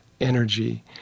energy